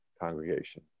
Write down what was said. congregation